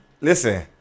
listen